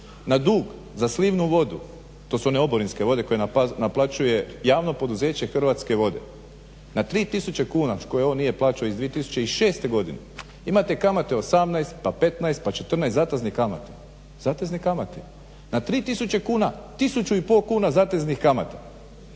Na dug za slivnu vodu, to su one oborinske vode koje naplaćuje javno poduzeće Hrvatske vode na 3000 kuna koje on nije plaćao iz 2006. godine imate kamate 18, pa 15, pa 14 zateznih kamata. Zatezni kamati na 3000 kuna 1500 kuna zateznih kamata.